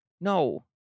No